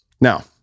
Now